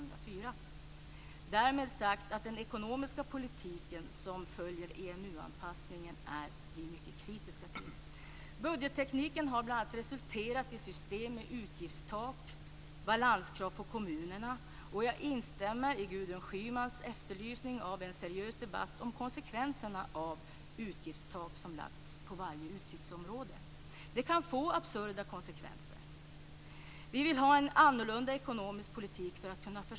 Därmed också sagt att vi är mycket kritiska till den ekonomiska politik som följer av EMU anpassningen. Budgettekniken har bl.a. resulterat i system med utgiftstak och balanskrav på kommunerna. Jag instämmer i Gudrun Schymans efterlysning av en seriös debatt om konsekvenserna av dessa utgiftstak som lagts fast på varje utgiftsområde. Det kan bli absurda konsekvenser.